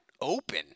open